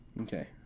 Okay